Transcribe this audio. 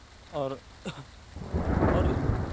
اور اور